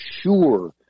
sure